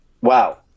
Wow